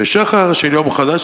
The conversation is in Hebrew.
ושחר של יום חדש,